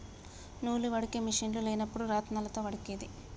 నూలు వడికే మిషిన్లు లేనప్పుడు రాత్నాలతో వడికేది